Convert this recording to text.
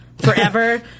Forever